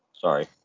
Sorry